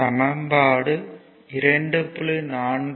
சமன்பாடு 2